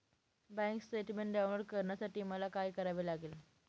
Bank statement download करण्यासाठी मला काय करावे लागेल?